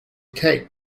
kate